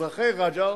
אזרחי רג'ר